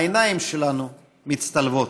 העיניים שלנו מצטלבות.